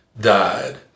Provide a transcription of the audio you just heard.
died